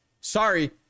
sorry